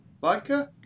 vodka